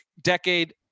decade